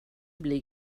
bli